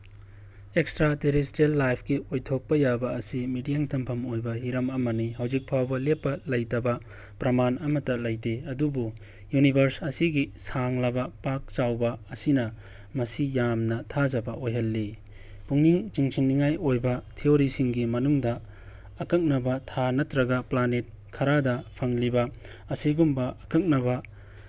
extra ꯇꯦꯔꯦꯁꯇ꯭ꯔꯦꯜ ꯂꯥꯏꯞꯀꯤ ꯑꯣꯏꯊꯣꯛꯄ ꯌꯥꯕ ꯑꯁꯤ ꯃꯤꯠꯌꯦꯡ ꯊꯝꯐꯝ ꯑꯣꯏꯕ ꯍꯤꯔꯝ ꯑꯃꯅꯤ ꯍꯧꯖꯤꯛ ꯐꯥꯎꯕ ꯂꯦꯞꯄ ꯂꯩꯇꯕ ꯄ꯭ꯔꯃꯥꯟ ꯑꯃꯠꯇ ꯂꯩꯇꯦ ꯑꯗꯨꯕꯨ ꯌꯨꯅꯤꯚꯔꯁ ꯑꯁꯤꯒꯤ ꯁꯥꯡꯂꯕ ꯄꯥꯛ ꯆꯥꯎꯕ ꯑꯁꯤꯅ ꯃꯁꯤ ꯌꯥꯝꯅ ꯊꯥꯖꯕ ꯑꯣꯏꯍꯜꯂꯤ ꯄꯨꯛꯅꯤꯡ ꯆꯤꯡꯁꯤꯟꯅꯤꯉꯥꯏ ꯑꯣꯏꯕ ꯊꯤꯌꯣꯔꯤꯁꯤꯡꯒꯤ ꯃꯅꯨꯡꯗ ꯑꯀꯛꯅꯕ ꯊꯥ ꯅꯠꯇ꯭ꯔꯒ ꯄ꯭ꯂꯥꯅꯦꯠ ꯈꯔꯗ ꯐꯪꯂꯤꯕ ꯑꯁꯤꯒꯨꯝꯕ ꯑꯀꯛꯅꯕ